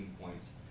points